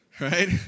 right